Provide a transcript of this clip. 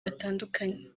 batandukanye